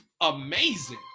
amazing